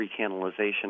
recanalization